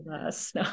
Yes